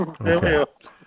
Okay